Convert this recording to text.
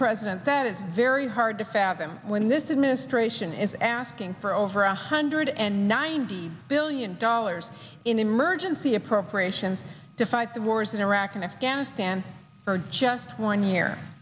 president that is very hard to fathom when this administration is asking for over one hundred and ninety billion dollars in emergency appropriations to fight the wars in iraq and afghanistan for just one year